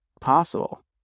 possible